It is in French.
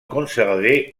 conservés